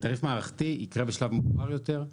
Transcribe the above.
התעריף מערכתי יקרה בשלב מאוחר יותר,